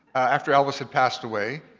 after elvis had passed away,